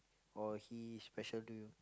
or he special to you